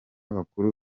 bakuru